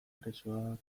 presoak